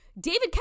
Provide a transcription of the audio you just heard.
David